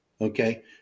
Okay